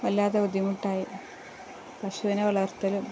വല്ലാതെ ബുദ്ധിമുട്ടായി പശുവിനെ വളർത്തലും